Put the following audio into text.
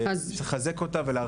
צריך לחזק אותה ולהרחיב אותה.